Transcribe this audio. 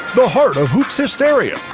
the heart of hoops hysteria.